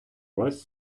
вас